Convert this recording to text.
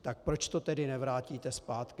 Tak proč to tedy nevrátíte zpátky?